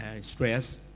stress